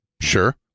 Sure